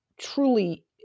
truly